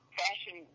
fashion